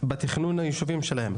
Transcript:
בתכנון היישובים שלהם.